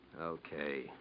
Okay